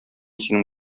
синең